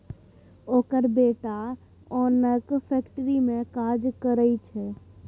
ओकर बेटा ओनक फैक्ट्री मे काज करय छै